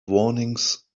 warnings